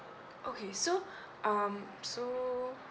okay so um so